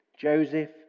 Joseph